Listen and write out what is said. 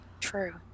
True